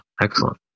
Excellent